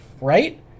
right